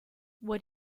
what